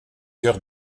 chœur